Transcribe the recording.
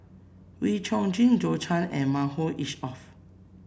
Wee Chong Jin Zhou Can and Mahmood Yusof